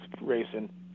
racing